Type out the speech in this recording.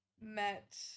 met